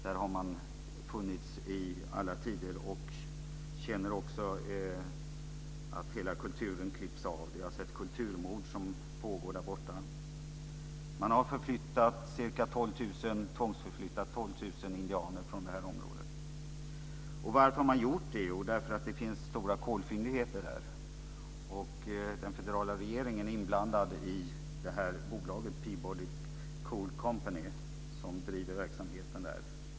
Där har de funnits i alla tider. De känner också att hela kulturen klipps av. Det är ett kulturmord som pågår därborta. Man har tvångsförflyttat 12 000 indianer från området. Varför har det gjorts? Jo, därför att det finns stora kolfyndigheter. Den federala regeringen är inblandad i bolaget Peabody Coal Company som driver verksamheten där.